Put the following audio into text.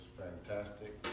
fantastic